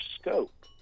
scope